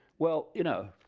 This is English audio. well you know,